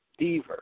Deaver